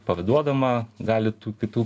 parduodama gali tų kitų